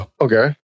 okay